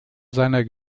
seiner